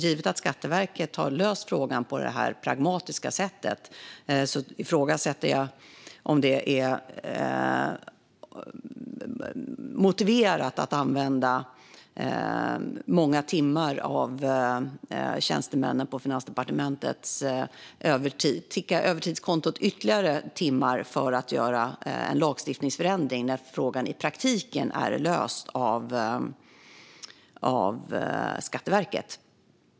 Givet att Skatteverket har löst frågan på detta pragmatiska sätt ifrågasätter jag om det är motiverat att ta upp många timmar för tjänstemännen på Finansdepartementet och att låta deras övertidskonto ticka på ytterligare för att göra en lagstiftningsförändring när frågan i praktiken är löst av Skatteverket.